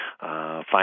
find